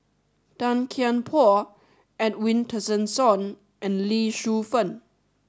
Tan Kian Por Edwin Tessensohn and Lee Shu Fen